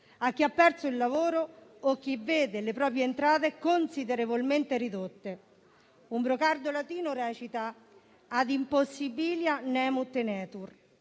a chi ha perso il lavoro o chi vede le proprie entrate considerevolmente ridotte. Un brocardo latino recita: *ad impossibilia nemo tenetur*,